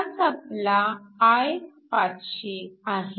हाच आपला I500 आहे